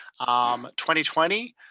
2020